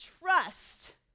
Trust